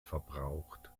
verbraucht